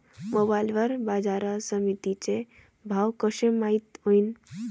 Mobile वर बाजारसमिती चे भाव कशे माईत होईन?